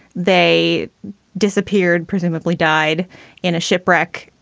they disappeared, presumably died in a shipwreck,